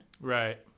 Right